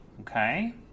Okay